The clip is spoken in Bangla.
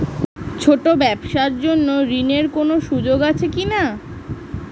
ছোট ব্যবসার জন্য ঋণ এর কোন সুযোগ আছে কি না?